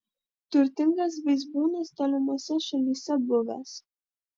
turtingas vaizbūnas tolimose šalyse buvęs